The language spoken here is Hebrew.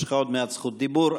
יש לך עוד מעט זכות דיבור.